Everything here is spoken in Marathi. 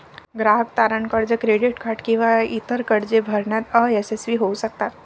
ग्राहक तारण कर्ज, क्रेडिट कार्ड किंवा इतर कर्जे भरण्यात अयशस्वी होऊ शकतात